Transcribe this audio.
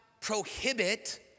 prohibit